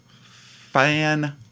Fan